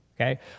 okay